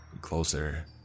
Closer